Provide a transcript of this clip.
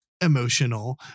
emotional